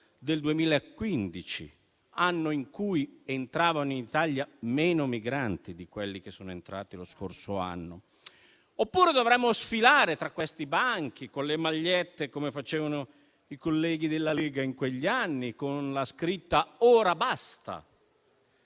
del 2015, anno in cui entravano in Italia meno migranti di quelli che sono entrati lo scorso anno. Oppure, dovremmo sfilare tra questi banchi con le magliette, come facevano i colleghi della Lega in quegli anni, con la scritta «Ora basta»?